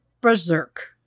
berserk